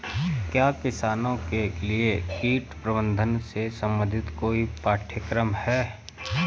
क्या किसानों के लिए कीट प्रबंधन से संबंधित कोई पाठ्यक्रम है?